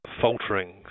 faltering